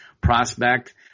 prospect